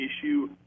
issue